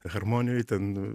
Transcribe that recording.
harmonijoj ten